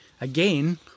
again